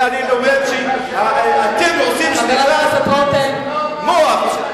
אתם עושים שטיפת מוח.